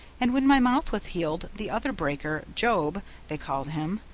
and when my mouth was healed the other breaker, job, they called him,